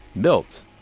built